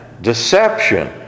deception